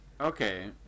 okay